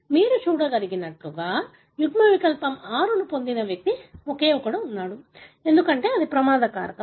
మీరు చూడగలిగినట్లుగా యుగ్మవికల్పం 6 పొందిన ఒకే ఒక్క వ్యక్తి ఉన్నారు ఎందుకంటే ఇది ప్రమాద కారకం